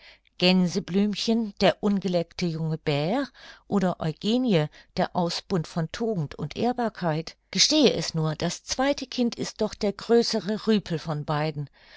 gänseblümchen der ungeleckte junge bär oder eugenie der ausbund von tugend und ehrbarkeit gestehe es nur das zweite kind ist doch der größere rüpel von beiden